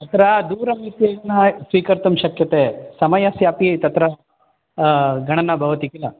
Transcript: तत्र दूरत्येन स्वीकर्तुं शक्यते समयस्यापि तत्र गणना भवति किल